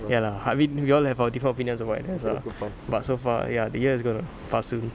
ya lah I mean we all have our different opinions about N_S lah but so far ya the year is going to pass soon